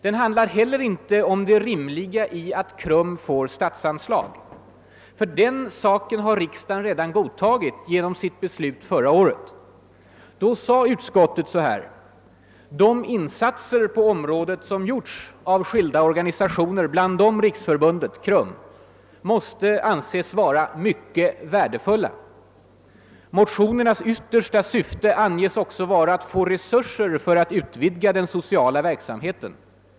Den handlar inte heller om det rimliga i att KRUM får statsanslag. Den saken har riksdagen redan godtagit genom sitt beslut förra året. Då sade utskottet: >De insatser på området som gjorts av skilda organisationer, bland dem riksförbundet , måste anses vara mycket värdefulla. Motionernas yttersta syfte anges också vara att få resurser för att utvidga den sociala verksamheten.